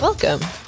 Welcome